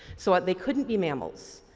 so, they couldn't be mammals.